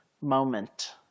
moment